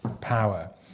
power